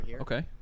Okay